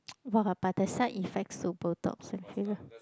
!wah! but the side effects to botox